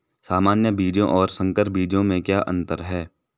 सामान्य बीजों और संकर बीजों में क्या अंतर है?